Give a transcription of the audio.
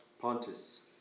Pontus